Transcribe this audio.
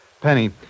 Penny